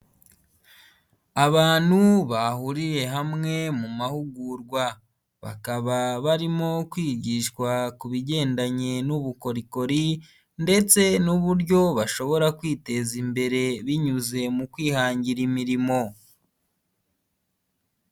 Abantu bahuriye hamwe mu mahugurwa, bakaba barimo kwigishwa ku bigendanye n'ubukorikori ndetse n'uburyo bashobora kwiteza imbere binyuze mu kwihangira imirimo.